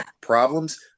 problems